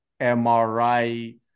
MRI